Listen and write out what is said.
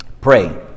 Pray